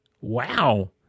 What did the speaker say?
Wow